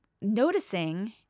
noticing